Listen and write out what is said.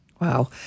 Wow